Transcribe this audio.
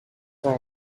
were